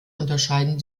unterscheiden